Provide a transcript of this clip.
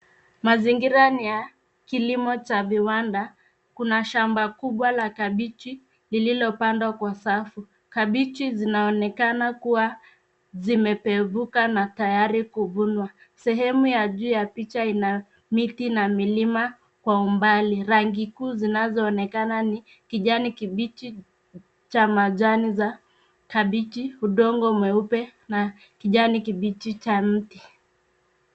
Mazingira ni ya kilimo cha viwanda. Kuna shamba kubwa la kabeji lililopandwa kwa safu. Kabeji zinaonekana kuwa zimepevuka na tayari kuvunwa . Sehemu ya juu ya picha ina miti na milima kwa umbali. Rangi kuu zinazoonekana ni kijani kibichi cha majani za kabeji, udongo mweupe na kijani kibichi cha mti.